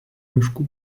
miškų